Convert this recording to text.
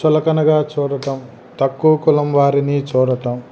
చులకనగా చూడటం తక్కువ కులం వారినీ చూడటం